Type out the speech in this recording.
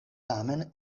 tamen